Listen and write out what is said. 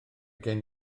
gen